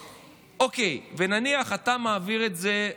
אוקיי, ונניח אתה מעביר את זה,